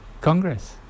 Congress